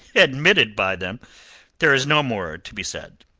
admitted by them there is no more to be said.